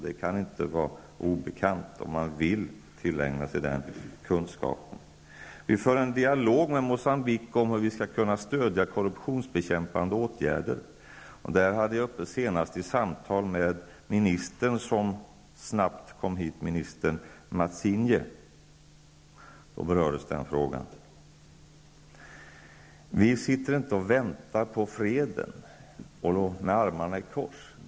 Det kan inte vara obekant för dem som vill tillägna sig den kunskapen. Vi för en dialog med Moçambique om hur vi skall kunna stödja korruptionsbekämpande åtgärder. Den frågan berördes senast i ett samtal med minister Matsinha, som snabbt kom hit. Vi sitter inte med armarna i kors och väntar på freden.